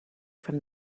from